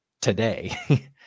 today